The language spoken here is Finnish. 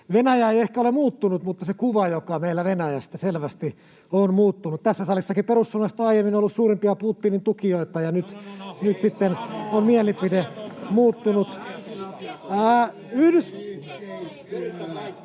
Venäjä ei ehkä ole muuttunut, mutta se kuva, joka meillä on Venäjästä, on selvästi muuttunut. Tässä salissakin perussuomalaiset ovat aiemmin olleet suurimpia Putinin tukijoita [Perussuomalaisten ryhmästä: